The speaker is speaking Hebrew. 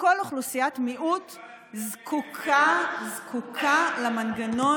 כל אוכלוסיית מיעוט זקוקה, איפה בנט,